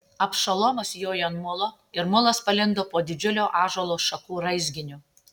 abšalomas jojo ant mulo ir mulas palindo po didžiulio ąžuolo šakų raizginiu